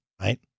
right